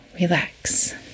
relax